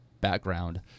background